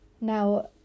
Now